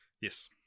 yes